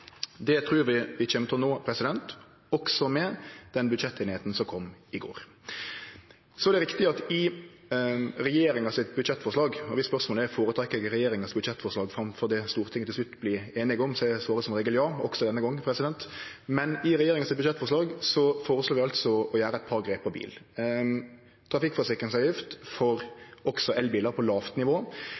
Det målet trur eg vi kjem til å nå – også med den budsjetteinigheita som kom i går. Det er rett at i regjeringa sitt budsjettforslag – og om spørsmålet er om eg føretrekk regjeringa sitt budsjettforslag framfor det Stortinget til slutt vert einige om, er svaret som regel ja, også denne gongen – føreslår vi altså å gjere eit par grep når det gjeld bil. Trafikkforsikringsavgift også for elbilar på